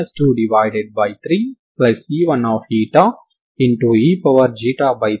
ఇప్పుడు t కి సంబంధించిన ఉత్పన్నం తీసుకుంటే ఏం జరుగుతుందో చూడాలి